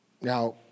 now